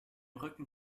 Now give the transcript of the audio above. rücken